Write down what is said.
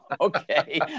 Okay